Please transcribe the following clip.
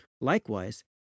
Likewise